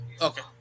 Okay